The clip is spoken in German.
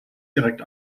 direkt